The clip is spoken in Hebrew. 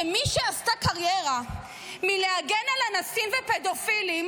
שמי שעשתה קריירה מלהגן על אנסים ופדופילים